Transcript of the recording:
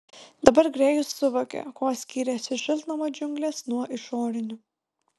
dabar grėjus suvokė kuo skyrėsi šiltnamio džiunglės nuo išorinių